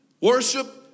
worship